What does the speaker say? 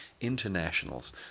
internationals